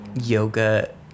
yoga